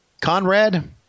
Conrad